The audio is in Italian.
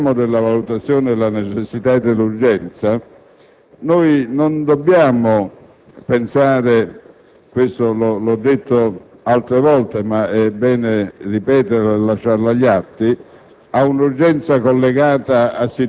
Ricordo anche che, quando parliamo della valutazione della necessità e dell'urgenza, non dobbiamo pensare - questo l'ho detto altre volte, ma è bene ripeterlo e lasciarlo agli atti